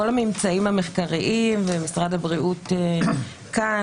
הממצאים המחקריים ומשרד הבריאות כאן,